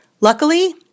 Luckily